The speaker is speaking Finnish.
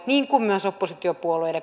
niin kuin myös oppositiopuolueiden